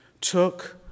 took